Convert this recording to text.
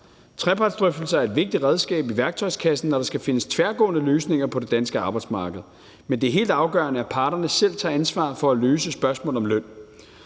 Trepartsdrøftelser er et vigtigt redskab i værktøjskassen, når der skal findes tværgående løsninger på det danske arbejdsmarked, men det er helt afgørende, at parterne selv tager ansvar for at løse spørgsmålet om løn.